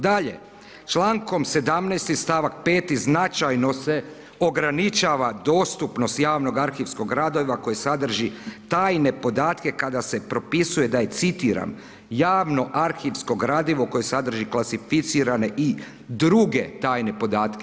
Dalje, člankom 17. stavak 5. značajno se ograničava dostupnost javnog arhivskog gradiva koje sadrži tajne podatke kada se propisuje da je citiram javno arhivsko gradivo koje sadrži klasificirane i druge tajne podatke.